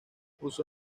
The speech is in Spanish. usó